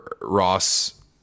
ross